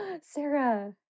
sarah